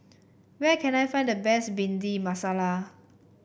where can I find the best Bhindi Masala